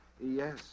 yes